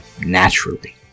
naturally